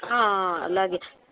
అలాగే